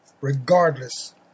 regardless